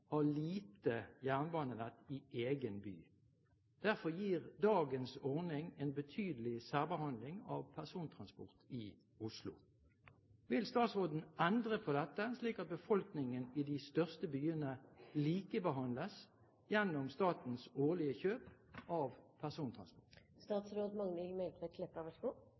lite jernbanenett i egen by. Derfor gir dagens ordning en betydelig særbehandling av persontransport i Oslo. Vil statsråden endre på dette slik at befolkningen i de største byene likebehandles gjennom statens årlige kjøp av